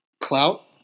clout